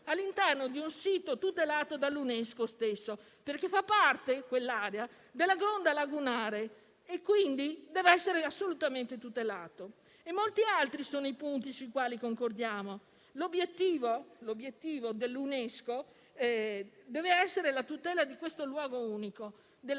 all'interno di un sito tutelato dall'UNESCO stesso, perché quell'area fa parte della Gronda lagunare, che quindi deve essere assolutamente tutelata. Molti altri sono i punti sui quali concordiamo. L'obiettivo dell'UNESCO deve essere la tutela di questo luogo unico, della